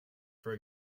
for